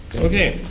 okay.